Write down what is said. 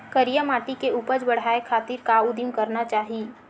करिया माटी के उपज बढ़ाये खातिर का उदिम करना चाही?